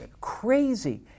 crazy